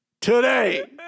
Today